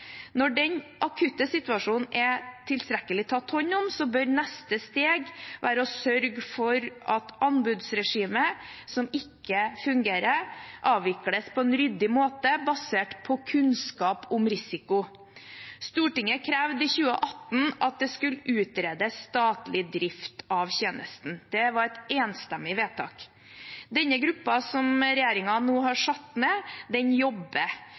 Når den akutte situasjonen er tilstrekkelig tatt hånd om, bør neste steg være å sørge for at anbudsregimet som ikke fungerer, avvikles på en ryddig måte basert på kunnskap om risiko. Stortinget krevde i 2018 at det skulle utredes statlig drift av tjenesten, det var et enstemmig vedtak. Gruppen som regjeringen nå har satt ned, jobber,